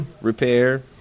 repair